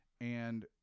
And-